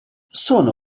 sono